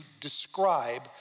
describe